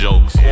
Jokes